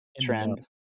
trend